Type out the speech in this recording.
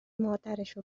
مادرشو